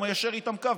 הוא מיישר איתם קו,